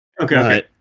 Okay